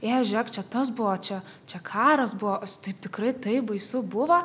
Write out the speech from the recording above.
ė žėk čia tas buvo čia čia karas buvo taip tikrai taip baisu buvo